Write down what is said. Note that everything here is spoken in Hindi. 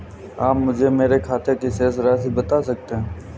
आप मुझे मेरे खाते की शेष राशि बता सकते हैं?